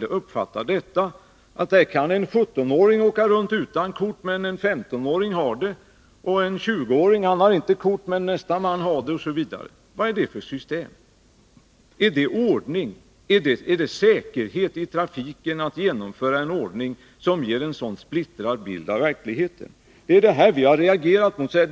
uppfatta detta? En 17-åring kan åka utan körkort, men en 15-åring måste ha det. En 20-åring har inte körkort men nästa man har det, osv. Vilket system är detta? Är det ordning? Innebär det säkerhet i trafiken att genomföra en ordning, som ger en sådan splittrad bild av verkligheten? Detta har vi reagerat mot.